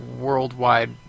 worldwide